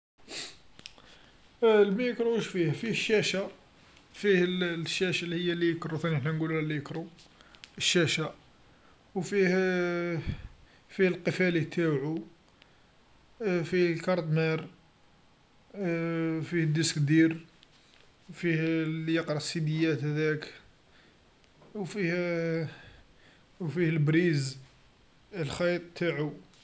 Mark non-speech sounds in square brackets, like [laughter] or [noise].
الميكرو واش فيه، فيه الشاشه فيه الشاشه لهيا ليكرو ثاني حنا نقولولها ليكرو الشاشه، فيه [hesitation] فيه القفالي تاوعو [hesitation] فيه الكارت مار [hesitation] فيه ديسك دير، فيه ليقرا الصيديات هذاك و فيه [hesitation] و فيه البريز الخيط تاعو.